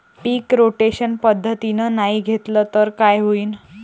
पीक rotation पद्धतीनं नाही घेतलं तर काय होईन?